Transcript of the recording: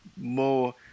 more